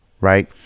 right